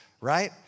right